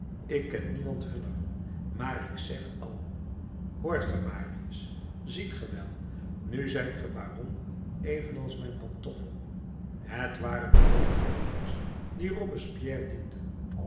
ik ken niemand hunner maar ik zeg allen hoort ge marius ziet ge wel nu zijt ge baron evenals mijn pantoffel het waren allen roovers die robespierre dienden